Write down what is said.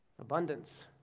Abundance